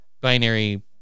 binary